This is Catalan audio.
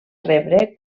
rebre